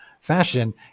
fashion